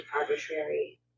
arbitrary